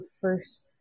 first